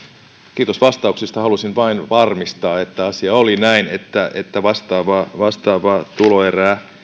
kiitos vastauksista halusin vain varmistaa että asia oli näin että että vastaavaa tuloerää